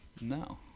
No